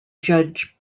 judge